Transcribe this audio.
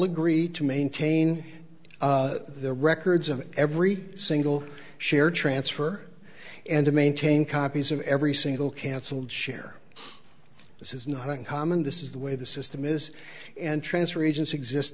agreed to maintain the records of every single share transfer and to maintain copies of every single cancelled share this is not uncommon this is the way the system is and transfer agents exist